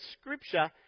Scripture